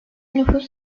nüfus